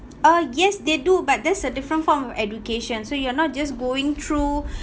uh yes they do but there's a different form of education so you're not just going through